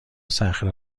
صخره